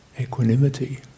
equanimity